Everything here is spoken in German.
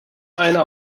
einer